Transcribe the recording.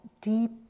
deep